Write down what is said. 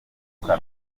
amata